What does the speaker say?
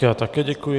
Já také děkuji.